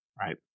Right